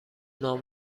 نام